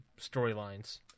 storylines